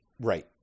Right